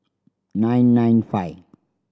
nine nine five